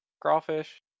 crawfish